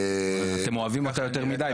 אתם אוהבים אותה יותר מידי,